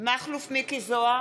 מכלוף מיקי זוהר,